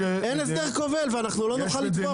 אין הסדר כובל ואנחנו לא נוכל לתבוע פלילית על זה.